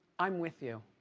i'm with you.